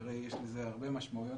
שהרי יש לזה הרבה משמעויות,